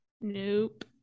Nope